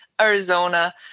Arizona